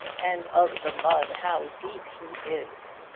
and of the mud, how deep he is!